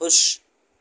خوش